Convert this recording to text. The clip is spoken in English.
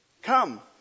Come